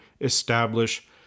establish